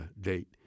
date